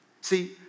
See